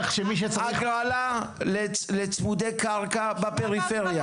הגרלה לצמודי קרקע בפריפריה.